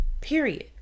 Period